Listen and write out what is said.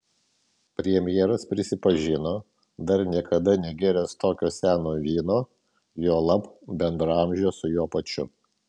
premjeras prisipažino dar niekada negėręs tokio seno vyno juolab bendraamžio su juo pačiu